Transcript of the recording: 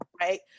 right